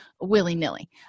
willy-nilly